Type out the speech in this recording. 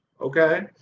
Okay